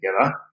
together